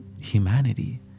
humanity